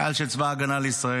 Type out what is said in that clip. חייל של צבא ההגנה לישראל.